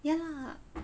ya lah